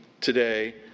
today